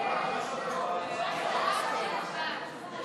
ההצעה להעביר לוועדה את הצעת חוק דיור חברתי,